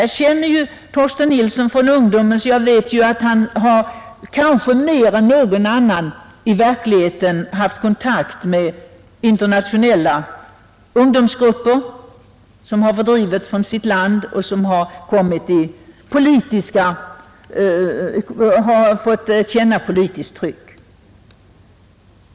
Jag känner Torsten Nilsson från ungdomen, så jag vet att han kanske mer än någon annan haft kontakt med internationella ungdomsgrupper som fördrivits från hemlandet och som har fått känna politiskt tryck.